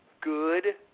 good